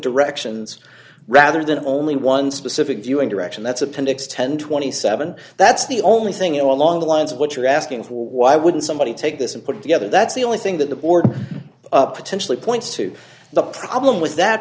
directions rather than only one specific viewing direction that's appendix one thousand and twenty seven that's the only thing you know along the lines of what you're asking for why wouldn't somebody take this and put it together that's the only thing that the board up potentially points to the problem with that